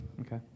Okay